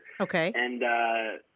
okay